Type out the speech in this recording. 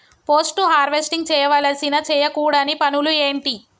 Post harvesting చేయవలసిన చేయకూడని పనులు ఏంటి?